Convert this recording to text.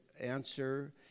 answer